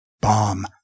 bomb